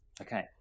okay